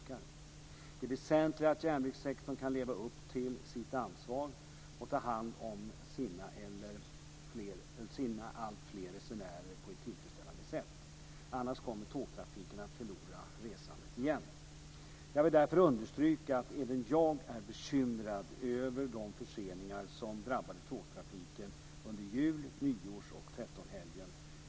Det är väsentligt att järnvägssektorn kan leva upp till sitt ansvar att ta hand om sina alltfler resenärer på ett tillfredsställande sätt, annars kommer tågtrafiken att förlora resande igen. Jag vill därför understryka att även jag är bekymrad över de förseningar som drabbade tågtrafiken under jul-, nyårs och trettonhelgen.